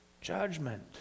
judgment